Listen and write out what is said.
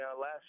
Last